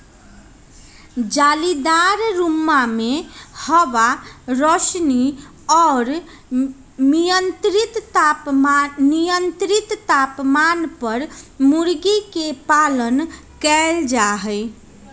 जालीदार रुम्मा में हवा, रौशनी और मियन्त्रित तापमान पर मूर्गी के पालन कइल जाहई